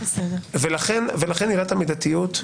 עילת המידתיות,